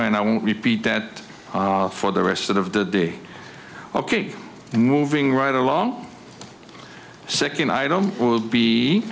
and i won't repeat that for the rest of the day ok moving right along second item will be